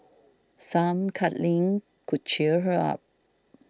some cuddling could cheer her up